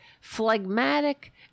phlegmatic